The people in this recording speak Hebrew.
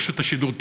רשות השידור תקרוס,